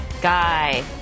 Guy